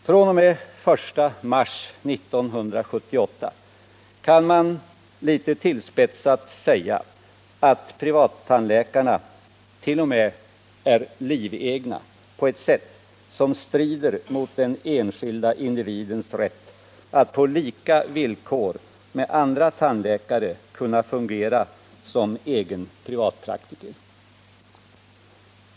Man kan, litet tillspetsat, t.o.m. säga att dessa tandläkare fr.o.m. den 1 mars 1978 är livegna i så måtto att de omfattas av regler som strider mot en enskild tandläkares rätt att på samma villkor som gäller för andra tandläkare fungera som privatpraktiker.